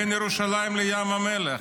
בין ירושלים לים המלח.